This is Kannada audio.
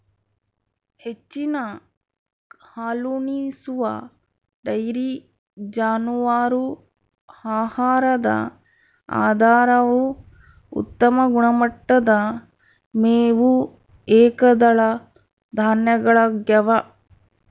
ಹೆಚ್ಚಿನ ಹಾಲುಣಿಸುವ ಡೈರಿ ಜಾನುವಾರು ಆಹಾರದ ಆಧಾರವು ಉತ್ತಮ ಗುಣಮಟ್ಟದ ಮೇವು ಏಕದಳ ಧಾನ್ಯಗಳಗ್ಯವ